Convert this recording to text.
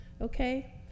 Okay